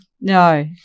No